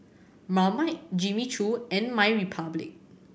Marmite Jimmy Choo and MyRepublic